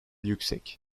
yüksek